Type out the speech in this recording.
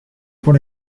por